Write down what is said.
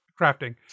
crafting